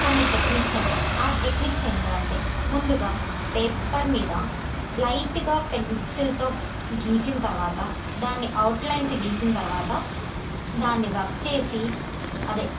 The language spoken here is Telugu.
కొన్ని టెక్నిక్స్ ఉంటాయి ఆ టెక్నిక్స్ ఏంటంటే ముందుగా పేపర్ మీద లైట్గా పెన్సిల్తో గీసిన తర్వాత దాన్ని అవుట్లైన్స్ గీసిన తర్వాత దాన్ని రబ్ చేసి అదే